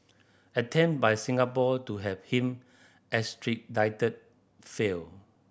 attempt by Singapore to have him extradited failed